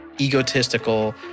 egotistical